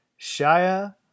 Shia